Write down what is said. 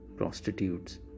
prostitutes